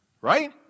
Right